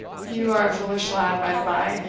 you are a foolish lad, by the by,